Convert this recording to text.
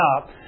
up